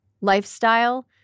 lifestyle